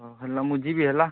ହଁ ହେଲେ ମୁଁ ଯିବି ହେଲା